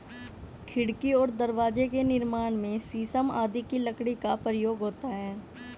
खिड़की और दरवाजे के निर्माण में शीशम आदि की लकड़ी का प्रयोग होता है